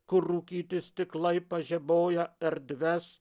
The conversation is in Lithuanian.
kur rūkyti stiklai pažaboja erdves